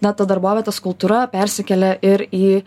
na ta darbovietės kultūra persikelia ir į